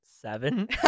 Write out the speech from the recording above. Seven